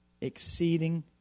exceeding